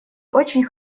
очень